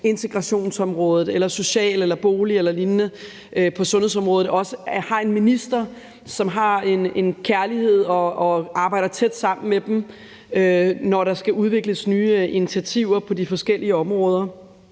integrationsområdet, social- eller boligområdet eller sundhedsområdet, også har en minister, som har en kærlighed til og arbejder tæt sammen med dem, når der skal udvikles nye initiativer på de forskellige områder.